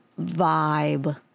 vibe